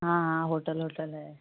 हाँ हाँ होटल ओटल है